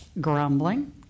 grumbling